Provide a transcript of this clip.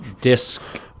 Disc